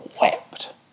wept